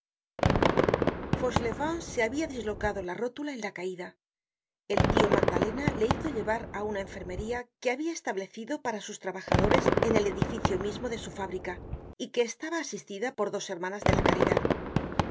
fauchelevent se habia dislocado la rótula en la caida el tio magdalena le hizo llevar á una enfermería que habia establecido para sus trabajadores en el edificio mismo de su fábrica y que estaba asistida por dos hermanas de la caridad a